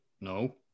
No